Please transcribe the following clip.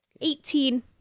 Eighteen